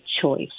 choice